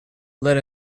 let